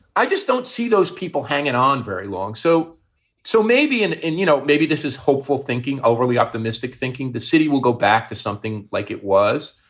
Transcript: i just don't see those people hanging on very long. so so maybe in end, you know, maybe this is hopeful thinking, overly optimistic thinking the city will go back to something like it was.